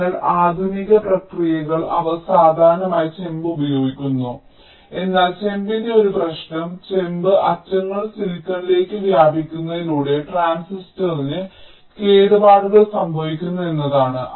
അതിനാൽ ആധുനിക പ്രക്രിയകൾ അവർ സാധാരണയായി ചെമ്പ് ഉപയോഗിക്കുന്നു എന്നാൽ ചെമ്പിന്റെ ഒരു പ്രശ്നം ചെമ്പ് ആറ്റങ്ങൾ സിലിക്കണിലേക്ക് വ്യാപിക്കുന്നതിലൂടെ ട്രാൻസിസ്റ്ററിന് കേടുപാടുകൾ സംഭവിക്കുന്നു എന്നതാണ്